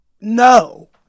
No